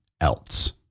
else